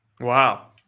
Wow